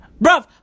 Bro